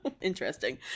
interesting